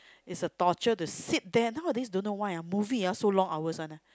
is a torture to sit there nowadays don't know why ah movies ah so long hours [one] ah